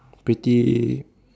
pretty